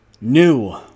new